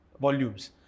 volumes